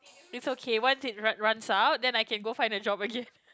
it's okay once it run runs out then I can go find a job again